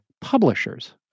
publishers